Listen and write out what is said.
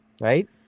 right